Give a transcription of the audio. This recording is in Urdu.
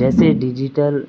جیسے ڈیجیٹل